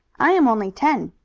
i am only ten.